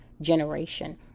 generation